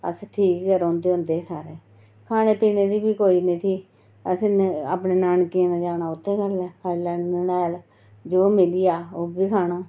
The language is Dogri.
अस ठीक गै रौंह्दे होंदे हे सारे खाने पीने दी बी कोई निं थी असें अपने नानकें दे जाना ते उत्थै खाई लैनी शैल जो मिली आ उ'ऐ खाना